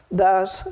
Thus